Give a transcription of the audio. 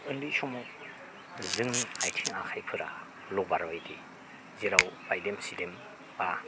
उन्दै समाव जोंनि आथिं आखाइफोरा राबार बायदि जेराव बायदेम सिदेम एबा